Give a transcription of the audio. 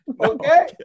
Okay